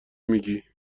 میگی